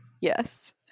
yes